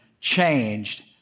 changed